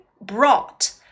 brought